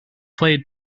played